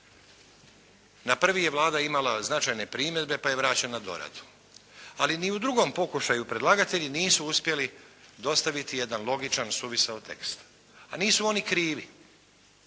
Na prvi je Vlada imala značajne primjedbe pa je vraćen na doradu ali ni u drugom pokušaju predlagatelji nisu uspjeli dostaviti jedan logičan suvisao tekst. A nisu oni krivi.